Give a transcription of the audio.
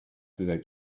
without